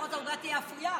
לפחות העוגה תהיה אפויה.